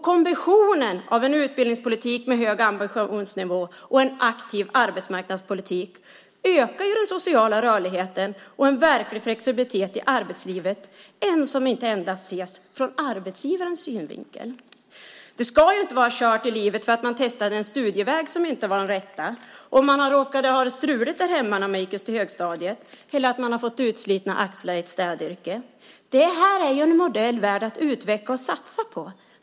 Kombinationen av en utbildningspolitik med hög ambitionsnivå och en aktiv arbetsmarknadspolitik ökar den sociala rörligheten och en verklig flexibilitet i arbetslivet som inte endast ses ur arbetsgivarens synvinkel. Det ska ju inte vara kört i livet för att man testade en studieväg som inte var den rätta, om man råkade ha det struligt hemma när man gick i högstadiet eller för att man har fått utslitna axlar i ett städyrke. Detta är en modell värd att utveckla och satsa på.